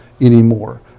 anymore